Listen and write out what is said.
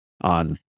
on